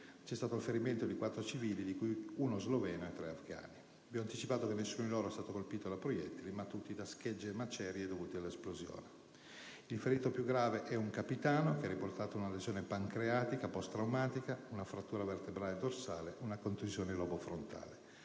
realizzato il ferimento di quattro civili, di cui uno sloveno e tre afgani. Vi ho già anticipato che nessuno di loro è stato colpito da proiettili, ma tutti da schegge e macerie dovute all'esplosione. In particolare, il ferito più grave è un capitano, che ha riportato una lesione pancreatica post-traumatica, una frattura vertebrale dorsale e una contusione lobo frontale.